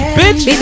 bitch